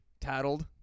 tattled